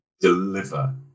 deliver